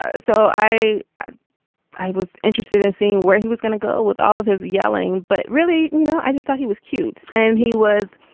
so i i i was interested in seeing where he was going to go with all of his yelling. but really, you know, i just thought he was cute. and he was